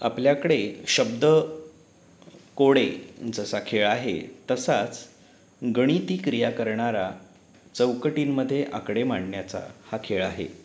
आपल्याकडे शब्द कोडे जसा खेळ आहे तसाच गणितीक्रिया करणारा चौकटींमध्ये आकडे मांडण्याचा हा खेळ आहे